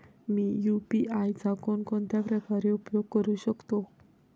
मी UPI चा कोणकोणत्या प्रकारे उपयोग करू शकतो?